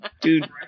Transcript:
Dude